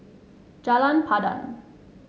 Jalan Pandan